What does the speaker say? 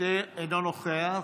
אינו נוכח,